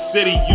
City